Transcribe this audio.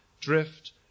drift